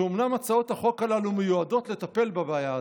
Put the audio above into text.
שאומנם הצעות החוק הללו מיועדות לטפל בבעיה הזו.